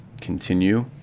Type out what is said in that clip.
continue